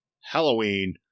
Halloween